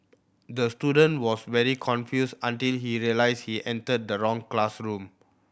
the student was very confused until he realised he entered the wrong classroom